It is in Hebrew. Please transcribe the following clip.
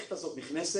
המערכת הזאת נכנסת